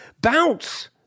Bounce